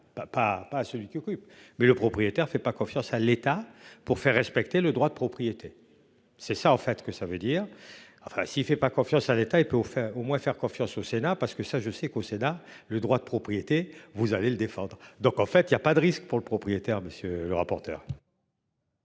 pas à celui qui occupe mais le propriétaire fait pas confiance à l'État pour faire respecter le droit de propriété. C'est ça en fait que ça veut dire. Enfin s'il fait pas confiance à l'État et peu au fait au moins faire confiance au Sénat parce que ça je sais qu'au Sénat, le droit de propriété. Vous allez le défendre. Donc en fait il y a pas de risque pour le propriétaire monsieur le rapporteur.